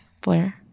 Blair